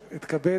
אתכבד,